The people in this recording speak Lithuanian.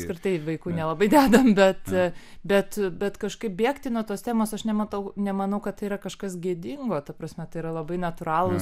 apskritai vaikų nelabai dedam bet bet bet kažkaip bėgti nuo tos temos aš nematau nemanau kad tai yra kažkas gėdingo ta prasme tai yra labai natūralūs